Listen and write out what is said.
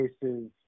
cases